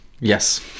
Yes